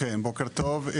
בוקר טוב,